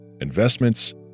investments